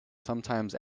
sometimes